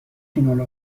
فینال